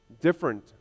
Different